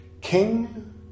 King